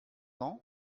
ans